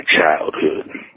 childhood